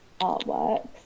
artworks